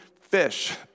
fish